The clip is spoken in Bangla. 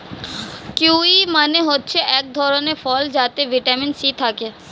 কিউয়ি মানে হচ্ছে এক ধরণের ফল যাতে ভিটামিন সি থাকে